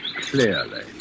clearly